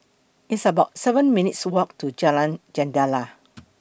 It's about seven minutes' Walk to Jalan Jendela